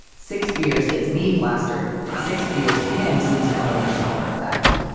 six beers gets me plastered, six beers to him, seems to have a much smaller effect.